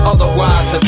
Otherwise